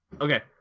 Okay